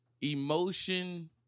emotion